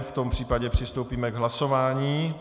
V tom případě přistoupíme k hlasování.